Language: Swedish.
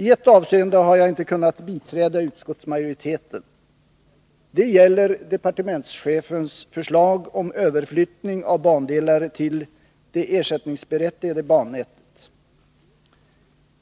I ett avseende har jag inte kunnat biträda utskottsmajoritetens skrivning, och det gäller ställningstagandet till departementschefens förslag om överflyttning av bandelar till det ersättningsberättigade bannätet.